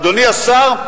אדוני השר,